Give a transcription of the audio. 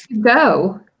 go